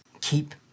Keep